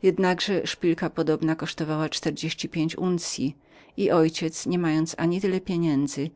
tymczasem szpilka podobna kosztowała czterdzieści pięć uncyi i mój ojciec nie mając ani tyle pieniędzy